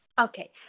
Okay